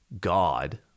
God